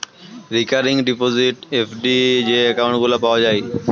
recurring deposit, FD যে account গুলা পাওয়া যায়